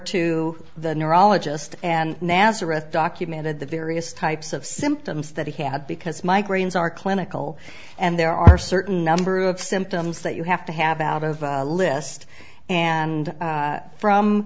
to the neurologist and nazareth documented the various types of symptoms that he had because migraines are clinical and there are certain number of symptoms that you have to have out of a list and from